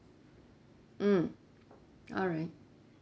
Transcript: mm alright